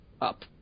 up